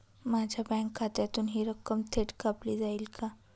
माझ्या बँक खात्यातून हि रक्कम थेट कापली जाईल का?